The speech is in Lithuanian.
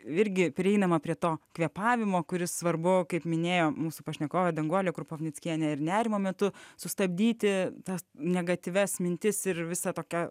virgį prieinama prie to kvėpavimo kuris svarbu kaip minėjo mūsų pašnekovė danguolė krupovnickienė ir nerimo metu sustabdyti tas negatyvias mintis ir visa tokia